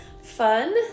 Fun